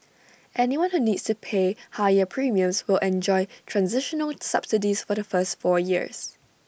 anyone who needs to pay higher premiums will enjoy transitional subsidies for the first four years